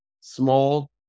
small